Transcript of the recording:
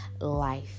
life